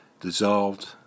dissolved